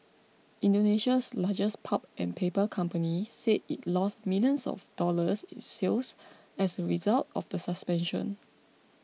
Indonesia's largest pulp and paper company said it lost millions of dollars in sales as a result of the suspension